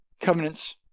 covenants